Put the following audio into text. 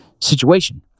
situation